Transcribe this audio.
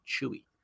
Chewy